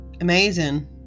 amazing